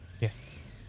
Yes